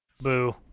Boo